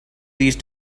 these